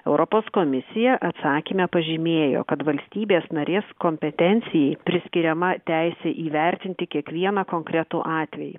europos komisija atsakyme pažymėjo kad valstybės narės kompetencijai priskiriama teisė įvertinti kiekvieną konkretų atvejį